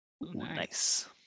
Nice